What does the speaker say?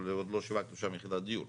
אבל עוד לא שיווקנו שם יחידת דיור.